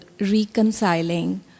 reconciling